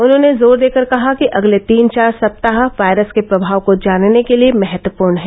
उन्होंने जोर देकर कहा कि अगले तीन चार सप्ताह वायरस के प्रभाव को जानने के लिए महत्वपूर्ण हैं